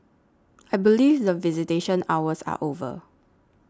I believe that visitation hours are over